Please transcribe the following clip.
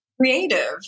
creative